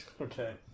okay